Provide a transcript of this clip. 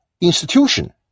institution